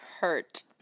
hurt